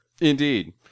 indeed